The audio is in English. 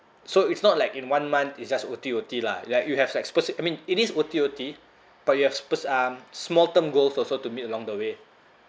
so it's not like in one month is just O_T O_T lah like you have like speci~ I mean it is O_T O_T but you have spe~ um small term goals also to meet along the way